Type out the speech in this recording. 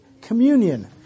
communion